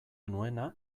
nuena